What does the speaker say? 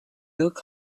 look